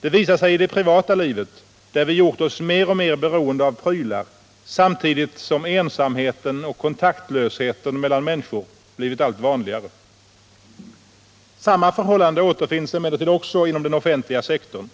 Detta visar sig i det privata livet, där vi gjort oss mer och mer beroende av ”prylar”, samtidigt som ensamheten och kontaktlösheten mellan människor blivit allt vanligare. Samma förhållande återfinns emellertid också inom den offentliga sektorn.